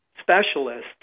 specialist